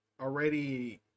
already